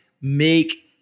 make